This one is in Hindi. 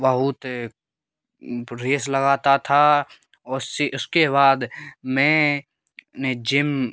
बहुत रेस लगाता था और उसके बाद मैं ने जिम